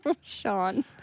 Sean